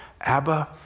Abba